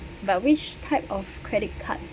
but which type of credit cards